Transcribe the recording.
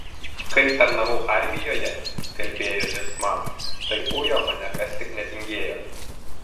kai tarnavau armijoje kalbėjo jis man tai ujo mane kas tik netingėjo